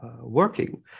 working